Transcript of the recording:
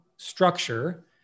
structure